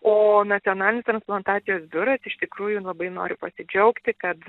o nacionalinis transplantacijos biuras iš tikrųjų labai noriu pasidžiaugti kad